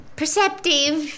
perceptive